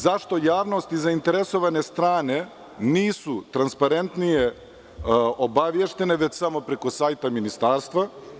Zašto javnost i zainteresovane strane nisu transparentnije obaveštene, već samo preko sajta ministarstva?